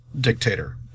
dictator